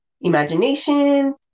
imagination